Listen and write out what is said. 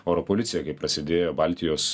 oro policija kai prasidėjo baltijos